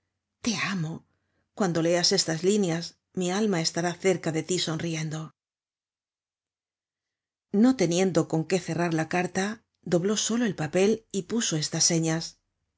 te amo cuando leas estas líneas mi alma estará cerca de tj sonriendo no teniendo con qué cerrar la carta dobló solo el papel y puso estas señas